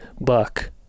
buck